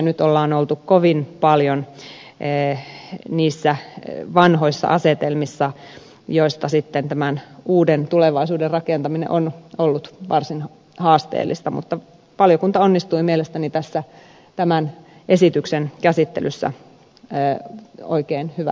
nyt on oltu kovin paljon niissä vanhoissa asetelmissa joista tämän uuden tulevaisuuden rakentaminen on ollut varsin haasteellista mutta valiokunta onnistui mielestäni tämän esityksen käsittelyssä oikein hyvällä tavalla